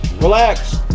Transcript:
Relax